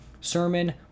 Sermon